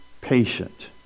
patient